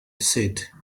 said